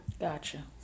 gotcha